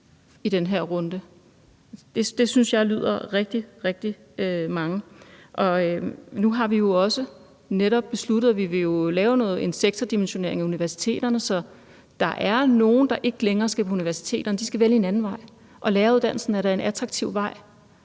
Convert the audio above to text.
i den her runde? Det synes jeg lyder af rigtig, rigtig mange. Nu har vi jo også netop besluttet, at vi vil lave en sektordimensionering af universiteterne, så der er nogle, der ikke længere skal på universiteterne. De skal vælge en anden vej. Og læreruddannelsen er da en attraktiv vej.